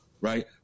right